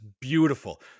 beautiful